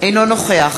אינו נוכח